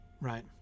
right